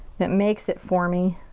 that makes it for me.